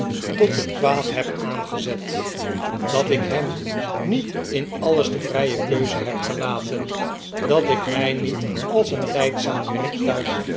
tot het kwaad heb aangezet dat ik hem niet in alles de vrije keuze heb gelaten dat ik mij niet als een lijdzaam werktuig